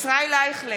ישראל אייכלר,